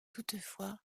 toutefois